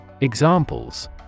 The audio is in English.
Examples